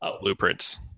blueprints